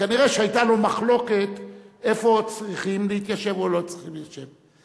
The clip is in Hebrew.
וכנראה שהיתה לו מחלוקת איפה צריכים להתיישב או לא צריכים להתיישב.